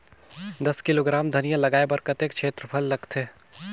दस किलोग्राम धनिया लगाय बर कतेक क्षेत्रफल लगथे?